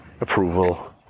approval